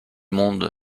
monde